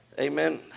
amen